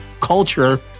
culture